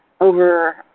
over